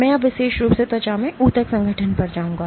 मैं अब विशेष रूप से त्वचा में ऊतक संगठन पर जाऊंगा